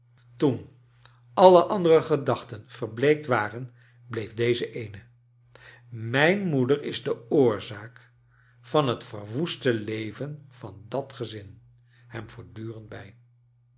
toen alle andere gedachten verbleekt waren bleef deze eene mijn moeder is de oorzaak van het verwoeste leven van dat gezin hem voortdurend bij